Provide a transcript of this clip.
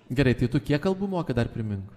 gerai tai tu kiek kalbų moki dar primink